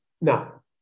now